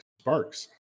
Sparks